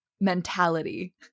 mentality